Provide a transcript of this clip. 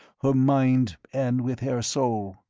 her mind, and with her soul.